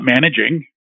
managing